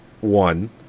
one